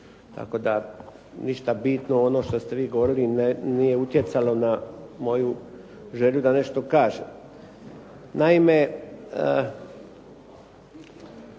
tako da ništa bitno, ono što ste vi govorili nije utjecalo na moju želju da nešto kažem.